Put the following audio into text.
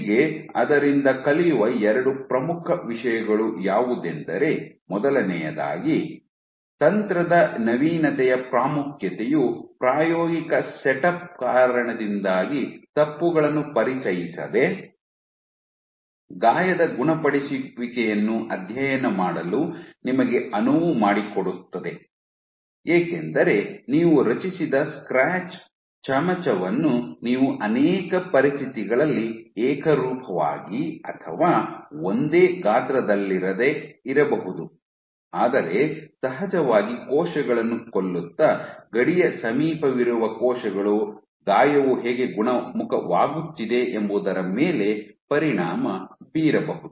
ಹೀಗೆ ಅದರಿಂದ ಕಲಿಯುವ ಎರಡು ಪ್ರಮುಖ ವಿಷಯಗಳು ಯಾವುದೆಂದರೆ ಮೊದಲನೆಯದಾಗಿ ತಂತ್ರದ ನವೀನತೆಯ ಪ್ರಾಮುಖ್ಯತೆಯು ಪ್ರಾಯೋಗಿಕ ಸೆಟಪ್ ಕಾರಣದಿಂದಾಗಿ ತಪ್ಪುಗಳನ್ನು ಪರಿಚಯಿಸದೆ ಗಾಯದ ಗುಣಪಡಿಸುವಿಕೆಯನ್ನು ಅಧ್ಯಯನ ಮಾಡಲು ನಿಮಗೆ ಅನುವು ಮಾಡಿಕೊಡುತ್ತದೆ ಏಕೆಂದರೆ ನೀವು ರಚಿಸಿದ ಸ್ಕ್ರ್ಯಾಚ್ ಚಮಚವನ್ನು ನೀವು ಅನೇಕ ಪರಿಸ್ಥಿತಿಗಳಲ್ಲಿ ಏಕರೂಪವಾಗಿ ಅಥವಾ ಒಂದೇ ಗಾತ್ರದಲ್ಲಿರದೆ ಇರಬಹುದು ಆದರೆ ಸಹಜವಾಗಿ ಕೋಶಗಳನ್ನು ಕೊಲ್ಲುತ್ತ ಗಡಿಯ ಸಮೀಪವಿರುವ ಕೋಶಗಳು ಗಾಯವು ಹೇಗೆ ಗುಣಮುಖವಾಗುತ್ತಿದೆ ಎಂಬುದರ ಮೇಲೆ ಪರಿಣಾಮ ಬೀರಬಹುದು